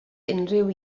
unrhyw